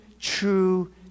true